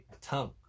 tongue